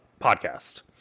podcast